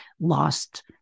lost